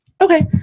okay